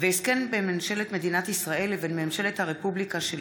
הסכם בין ממשלת מדינת ישראל לבין ממשלת הרפובליקה של